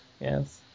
Yes